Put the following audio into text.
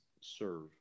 serve